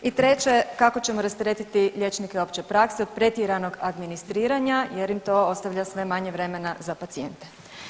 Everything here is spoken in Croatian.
I treće kako ćemo rasteretiti liječnike opće prakse od pretjeranog administriranja jer im to ostavlja sve manje vremena za pacijente.